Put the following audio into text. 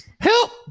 Help